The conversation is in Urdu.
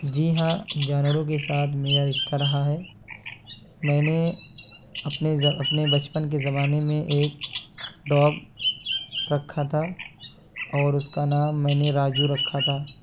جی ہاں جانوروں کے ساتھ میرا رشتہ رہا ہے میں نے اپنے اپنے بچپن کے زمانے میں ایک ڈوگ رکھا تھا اور اس کا نام میں نے راجو رکھا تھا